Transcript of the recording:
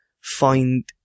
find